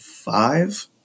Five